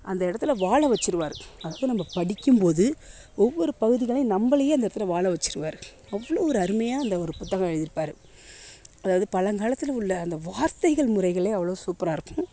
அந்த இடத்தில் வாழ வைச்சிருவாரு அது நம்ம படிக்கும் போது ஒவ்வொரு பகுதிகளையும் நம்மளையே அந்த இடத்தில் வாழ வைச்சிருவாரு அவ்வளோ ஒரு அருமையாக அந்த ஒரு புத்தகம் எழுதிருப்பார் அதாவது பழங்காலத்தில் உள்ள அந்த வார்த்தைகள் முறைகள் அவ்வளோ சூப்பராக இருக்கும்